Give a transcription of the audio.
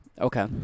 Okay